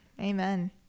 Amen